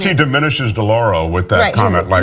diminishes delauro with that comment, like